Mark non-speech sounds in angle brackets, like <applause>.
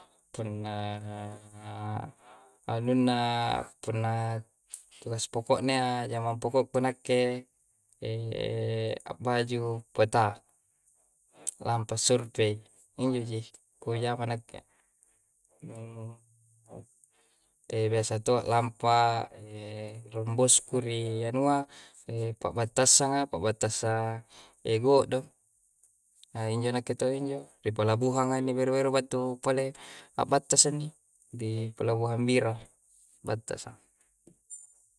Punna anunna, punna tugas poko'na iyya, jamang pokokku nakke <hesitation> a'baju peta. Lampa survei, injo ji kujama nakke. Nu biasa to'a allampa <hesitation> rung bosku ri anua, <hesitation> pabbattasanga, pabattassang e go' do. Aaa injo nakke to' injo. Ri pelabuhanga inni beru-beru battu pole abbatasa inni, di pelabuhang bira, battassa.